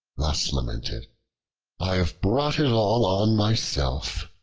thus lamented i have brought it all on myself!